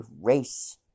race